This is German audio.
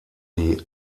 die